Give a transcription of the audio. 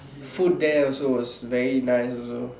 food there also was very nice also